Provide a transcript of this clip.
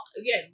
again